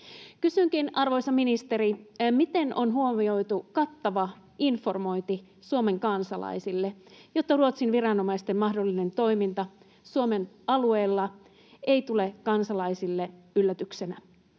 Kysynkin, arvoisa ministeri: miten on huomioitu kattava informointi Suomen kansalaisille, jotta Ruotsin viranomaisten mahdollinen toiminta Suomen alueella ei tule kansalaisille yllätyksenä?